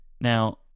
Now